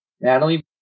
Natalie